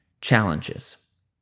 challenges